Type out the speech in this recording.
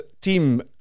team